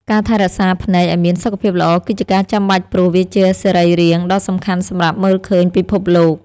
ការថែរក្សាភ្នែកឱ្យមានសុខភាពល្អគឺជាការចាំបាច់ព្រោះវាជាសរីរាង្គដ៏សំខាន់សម្រាប់មើលឃើញពិភពលោក។